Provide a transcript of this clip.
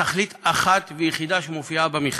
לתכלית אחת ויחידה שמופיעה במכרז.